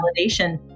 validation